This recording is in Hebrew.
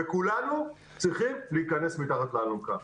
וכולנו צריכים להיכנס מתחת לאלונקה.